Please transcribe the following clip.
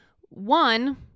one